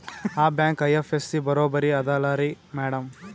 ಆ bank IFSC ಬರೊಬರಿ ಅದಲಾರಿ ಮ್ಯಾಡಂ?